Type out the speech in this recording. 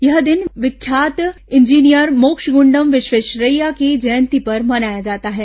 यह दिन विख्यात इंजीनियर मोक्षगुंडम विश्वेश्वरैया की जयंती पर मनाया जाता है